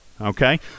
okay